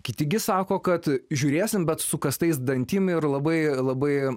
kiti gi sako kad žiūrėsime bet sukąstais dantim ir labai labai